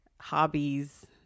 hobbies